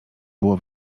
było